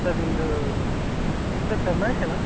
sir ನಮ್ಮದು inspector Mahesh ಅಲ್ಲಾ